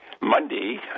Monday